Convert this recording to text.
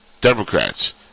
Democrats